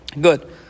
Good